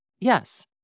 Yes